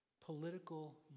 political